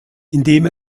indem